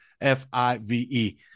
F-I-V-E